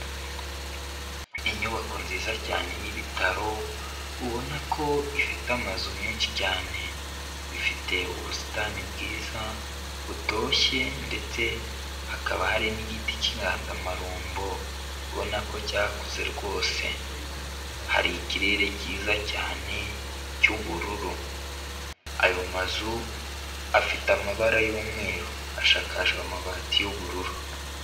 Inyubako nziza cyane y'ibitaro ubona ko ifite amazu menshi cyane, ifite ubusitani bwiza butoshye ndetse hakaba hari n'igiti cy'inganzamarumbo ubona ko cyakuze rwose, hari ikirere cyiza cyane cy'ubururu, ayo mazu afite amabara y'umweru ashakajwe amabati y'ubururu.